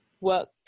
work